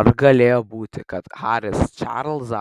ar galėjo būti kad haris čarlzą